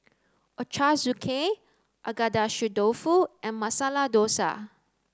Ochazuke agedashi dofu and masala dosa